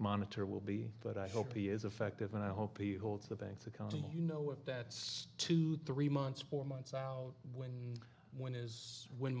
monitor will be but i hope he is effective and i hope he holds the banks accounting you know that to three months four months out when when is when